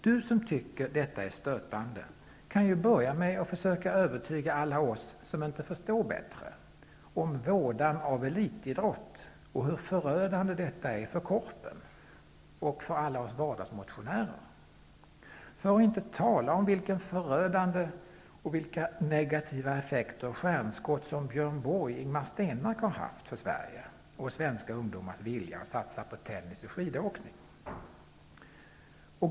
Du som tycker detta är stötande kan ju börja med att försöka övertyga alla oss som inte förstår bättre om vådan av elitidrott och hur förödande den är för Korpen och för alla oss vardagsmotionärer -- för att inte tala om vilka förödande och negativa effekter stjärnskott som Björn Borg och Ingemar Stenmark har haft för Sverige och svenska ungdomars vilja att satsa på tennis och skidåkning.